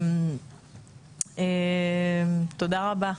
תודה רבה.